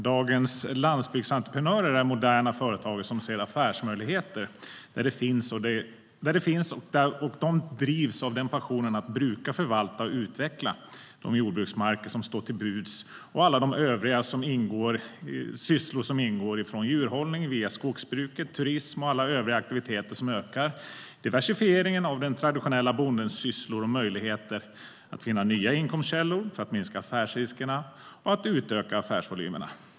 Dagens landsbygdsentreprenörer är moderna företagare som ser affärsmöjligheter där de finns och de drivs av passionen att bruka, förvalta och utveckla de jordbruksmarker som står till buds och övriga sysslor som ingår som djurhållning, skogsbruk, turism och alla övriga aktiviteter som ökar diversifieringen av den traditionella bondens sysslor och möjligheter att finna nya inkomstkällor för att minska affärsriskerna och utöka affärsvolymerna.